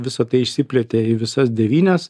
visa tai išsiplėtė į visas devynias